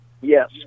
Yes